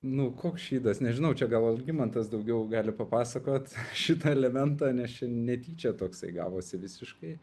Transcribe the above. nu koks šydas nežinau čia gal algimantas daugiau gali papasakot šitą elementą nes čia netyčia toksai gavosi visiškai